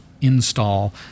install